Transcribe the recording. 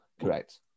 Correct